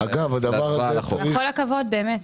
אגב, הדבר הזה צריך --- וכל הכבוד, באמת.